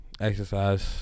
exercise